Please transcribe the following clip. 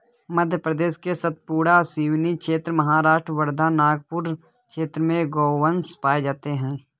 मध्य प्रदेश के सतपुड़ा, सिवनी क्षेत्र, महाराष्ट्र वर्धा, नागपुर क्षेत्र में गोवंश पाये जाते हैं